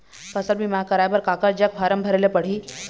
फसल बीमा कराए बर काकर जग फारम भरेले पड़ही?